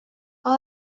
how